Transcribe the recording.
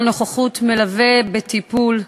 (הזכות לנוכחות מלווה בטיפול רפואי).